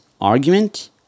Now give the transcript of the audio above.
argument